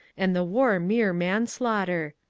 and the war mere manslaughter!